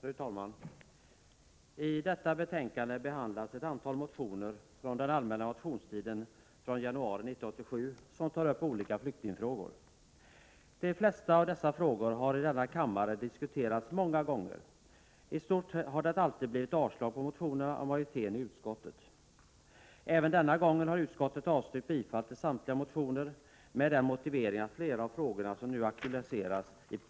Fru talman! I detta betänkande behandlas ett antal motioner från den allmänna motionstiden i januari 1987. I motionerna tas olika flyktingfrågor upp. De flesta av dem har diskuterats många gånger i denna kammare. För det mesta har utskottsmajoriteten avstyrkt motionerna. Även denna gång har utskottet yrkat avslag på samtliga motioner med motiveringen att flera av frågorna nu aktualiseras